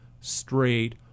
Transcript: straight